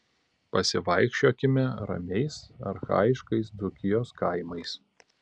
pasivaikščiokime ramiais archaiškais dzūkijos kaimais